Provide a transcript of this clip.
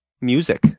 music